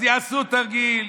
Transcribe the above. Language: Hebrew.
אז יעשו תרגיל,